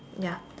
ya